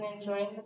enjoying